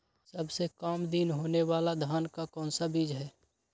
सबसे काम दिन होने वाला धान का कौन सा बीज हैँ?